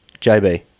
JB